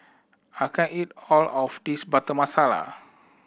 I can't eat all of this Butter Masala